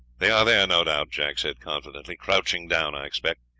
they are there, no doubt, jack said confidently crouching down, i expect.